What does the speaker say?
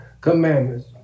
commandments